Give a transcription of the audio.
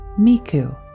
Miku